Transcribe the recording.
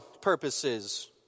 purposes